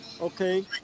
okay